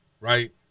Right